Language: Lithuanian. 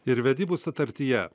ir vedybų sutartyje